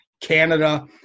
Canada